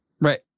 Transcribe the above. Right